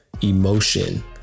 emotion